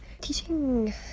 teaching